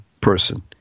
person